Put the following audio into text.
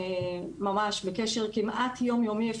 ואפשר אפילו לומר ממש בקשר כמעט יום יומי,.